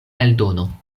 eldono